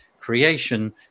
creation